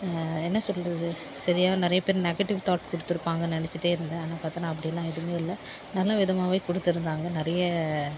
என்ன சொல்லுறது சரியாக நிறைய பேர் நெகட்டிவ் தாட் கொடுத்துருப்பாங்கனு நினச்சிட்டே இருந்தேன் ஆனால் பார்த்தோன்னா அப்படிலாம் எதுவுமே இல்லை நல்ல விதமாகவே கொடுத்துருந்தாங்க நிறைய